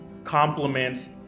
compliments